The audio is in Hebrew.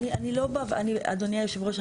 אני לא באה, אדוני יושב הראש.